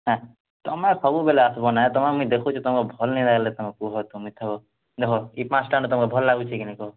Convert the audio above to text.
ନା ତୁମେ ସବୁବେଲେ ଆସିବ ନାଇଁ ତୁମେ ମୁଇଁ ଦେଖୁଛି ତୁମେ ଭଲ ନାଇଁ ଲାଗିଲେ କୁହ ତୁମେ ଥିବ ଦେଖ ଏ ପାଞ୍ଚଟା ନା ତୁମେ ଭଲ ଲାଗୁଛି କି ନାହିଁ କହ